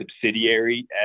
subsidiary